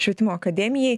švietimo akademijai